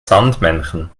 sandmännchen